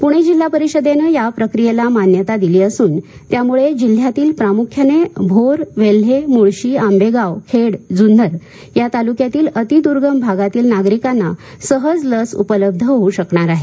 पुणे जिल्हा परिषदेने या प्रक्रियेला मान्यता दिली असून त्यामुळं जिल्ह्यातील प्रामुख्यानं भोर वेल्हे मुळशी आंबेगाव खेड जुन्नर या तालुक्यातील अतिर्द्गम भागातील नागरिकांना सहज लस उपलब्ध होऊ शकणार आहे